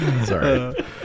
Sorry